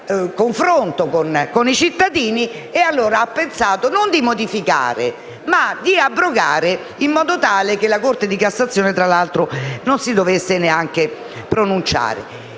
confronto con i cittadini e ha dunque pensato non di modificare, ma di abrogare la norma, in modo tale che la Corte di cassazione, tra l'altro, non si dovesse neanche pronunciare.